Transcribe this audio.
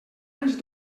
anys